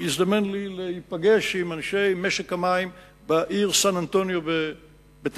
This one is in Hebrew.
הזדמן לי להיפגש עם אנשי משק המים בעיר סן-אנטוניו בטקסס.